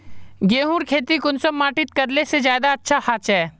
गेहूँर खेती कुंसम माटित करले से ज्यादा अच्छा हाचे?